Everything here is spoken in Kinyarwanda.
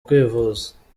kwivuza